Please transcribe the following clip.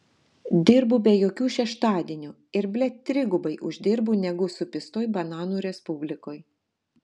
dirbu be jokių šeštadienių ir blet trigubai uždirbu negu supistoj bananu respublikoj